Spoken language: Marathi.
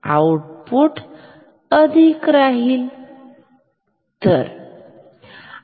आउटपुट अधिक राहणार ठीक